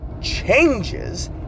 changes